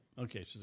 Okay